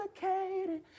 complicated